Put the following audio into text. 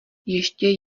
ještě